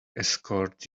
escort